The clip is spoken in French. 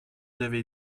avez